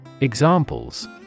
Examples